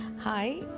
Hi